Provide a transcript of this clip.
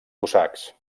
cosacs